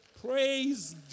Praise